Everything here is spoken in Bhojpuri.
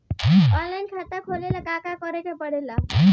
ऑनलाइन खाता खोले ला का का करे के पड़े ला?